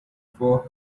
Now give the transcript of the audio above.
for